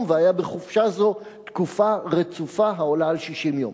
והיה בחופשה זו תקופה רצופה העולה על 60 יום".